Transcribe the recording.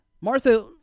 Martha